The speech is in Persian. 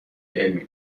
علمی